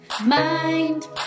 mind